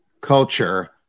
culture